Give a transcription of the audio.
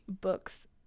books